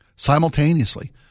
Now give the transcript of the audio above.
Simultaneously